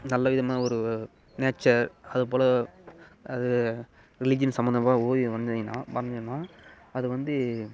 நல்ல விதமாக ஒரு நேச்சர் அதுபோல் அது ரிலீஜியன் சம்பந்தமா ஓவியம் வரைஞ்சுங்கன்னா வரஞ்சேன்னால் அது வந்து